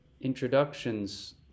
introductions